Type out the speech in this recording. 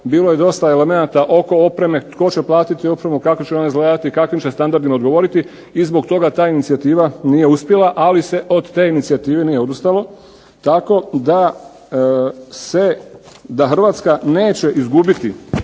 bilo je dosta elemenata oko opreme. Tko će platiti opremu, kako će ona izgledati, kakvim će standardima odgovoriti i zbog toga ta inicijativa nije uspjela, ali se od te inicijative nije odustalo. Tako da Hrvatska neće izgubiti